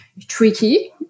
tricky